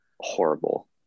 horrible